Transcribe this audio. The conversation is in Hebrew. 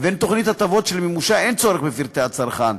לבין תוכנית הטבות שלמימושה אין צורך בפרטי הצרכן.